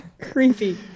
Creepy